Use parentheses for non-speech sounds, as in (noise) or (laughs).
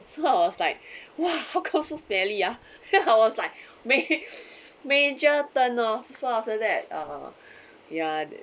so I was like !wah! how come so smelly ah (laughs) then I was like ma~ major turn-off so after that uh ya